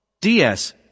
DS